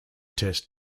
test